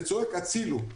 זה צועק הצילו.